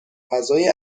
فضای